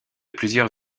plusieurs